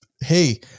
hey